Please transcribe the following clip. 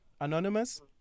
Anonymous